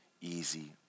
easy